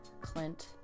Clint